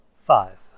Five